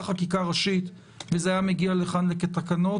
חקיקה ראשית וזה היה מגיע לכאן כתקנות,